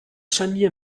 scharnier